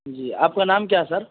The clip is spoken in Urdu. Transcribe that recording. جی آپ کا نام کیا ہے سر